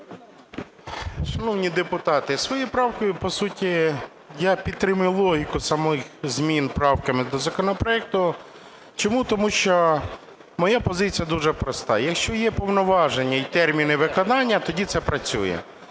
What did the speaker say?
Шановні депутати, своєю правкою по, суті, я підтримую логіку самих змін правками до законопроекту. Чому? Тому що моя позиція дуже проста: якщо є повноваження і терміни виконання, тоді це працює.